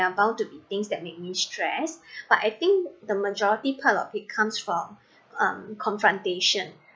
yeah bound to be things that makes me stress but I think the majority part of it comes from um confrontation